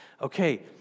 Okay